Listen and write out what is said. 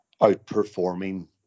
outperforming